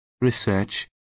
research